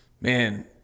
man